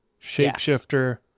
shapeshifter